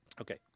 Okay